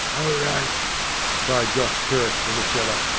awright cried josh perrott in the cellar.